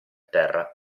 terra